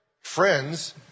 friends